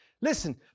Listen